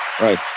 Right